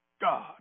God